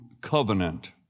Covenant